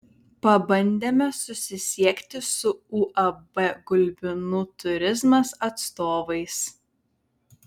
pabandėme susisiekti su uab gulbinų turizmas atstovais